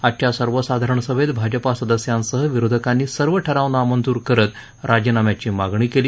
आजच्या सर्वसाधारण सभेत भाजपा सदस्यांसह विरोधकांनी सर्व ठराव नामंजूर करत राजीनाम्याची मागणी केली